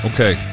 Okay